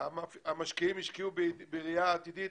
האם הייתה הצעה לתמיכה במלט הר-טוב